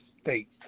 state